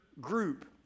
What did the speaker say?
group